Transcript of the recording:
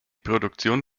produktion